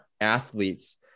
athletes